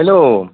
hello